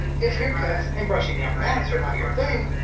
if haircuts and brushing out mats are not your thing,